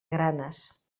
granes